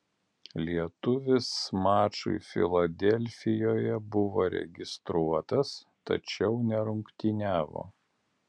lietuvis mačui filadelfijoje buvo registruotas tačiau nerungtyniavo